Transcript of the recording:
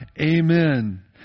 amen